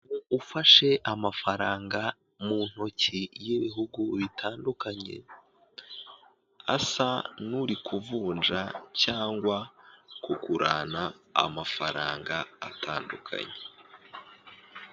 Ufashe amafaranga mu ntoki y'ibihugu bitandukanye asa n'uri kuvunja cyangwa kugurana amafaranga atandukanye.